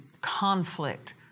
conflict